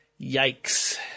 Yikes